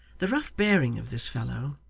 the rough bearing of this fellow,